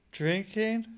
drinking